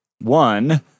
one